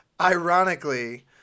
ironically